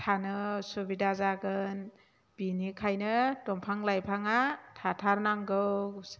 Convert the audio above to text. थानो उसुबिदा जागोन बिनिखायनो दंफां लाइफाङा थाथार नांगौ